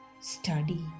Study